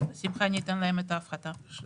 ניתן להם את ההפחתה בשמחה.